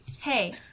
Hey